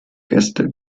gäste